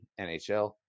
NHL